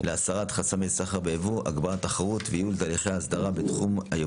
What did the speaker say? לשנות התקציב 2023 ו-2024), התשפ"ג-2023.